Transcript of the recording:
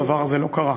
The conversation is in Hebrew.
הדבר הזה לא קרה.